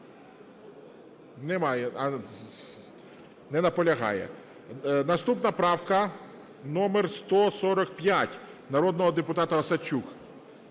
Немає. Не наполягає. Наступна правка номер 145 народного депутата Осадчук.